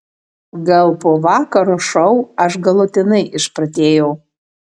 gal po vakaro šou aš galutinai išprotėjau